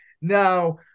Now